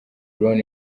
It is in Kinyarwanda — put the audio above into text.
brown